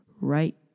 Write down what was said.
right